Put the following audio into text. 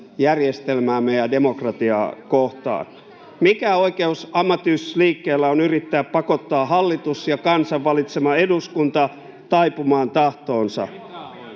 järjestelmäämme ja demokratiaa kohtaan. Mikä oikeus ammattiyhdistysliikkeellä on yrittää pakottaa hallitus ja kansan valitsema eduskunta taipumaan tahtoonsa?